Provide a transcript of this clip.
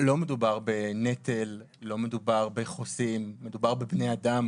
לא מדובר בנטל, לא מדובר בחוסים, מדובר בבני אדם